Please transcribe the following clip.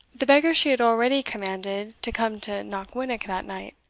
the beggar she had already commanded to come to knockwinnock that night.